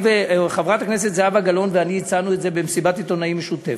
חברת הכנסת זהבה גלאון ואני הצענו את זה במסיבת עיתונאים משותפת.